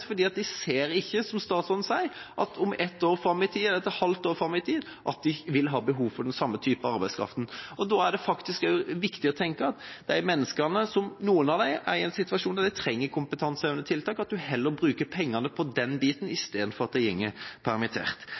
fordi en ikke ser, som statsråden sier, at en om ett år eller et halvt år fram i tid vil ha behov for den samme typen arbeidskraft. Da er det faktisk viktig å tenke at noen av de menneskene er i en situasjon der de trenger kompetansehevende tiltak, og at en heller bruker pengene på det i stedet for at de går permitterte. Jeg vil også si at vi er